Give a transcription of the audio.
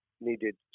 needed